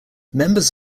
members